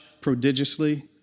prodigiously